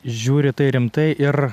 žiūri į tai rimtai ir